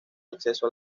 acceso